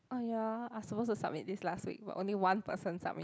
oh you all are supposed to submit this last week but only one person submit